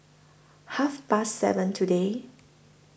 Half Past seven today